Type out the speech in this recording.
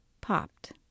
Popped